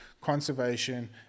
conservation